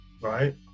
Right